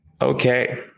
Okay